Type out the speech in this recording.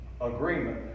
agreement